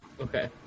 Okay